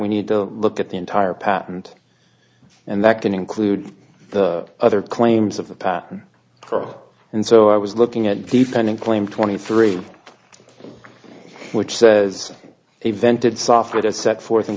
we need to look at the entire patent and that can include the other claims of the patent and so i was looking at defending claim twenty three which says he vented software that set forth and